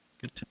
Good